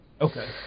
okay